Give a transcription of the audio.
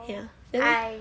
ya then